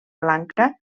blanca